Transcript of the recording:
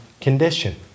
condition